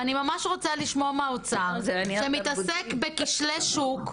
ואני ממש רוצה לשמוע מהאוצר שמתעסק בכשלי שוק,